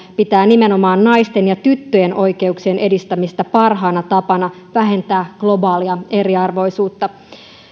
pitää nimenomaan naisten ja tyttöjen oikeuksien edistämistä parhaana tapana vähentää globaalia eriarvoisuutta